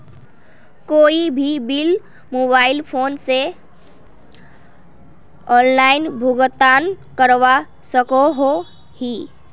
कोई भी bill mobile phone से ऑनलाइन भुगतान करवा सकोहो ही?